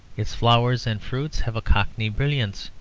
its flowers and fruits have a cockney brilliancy,